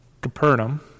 Capernaum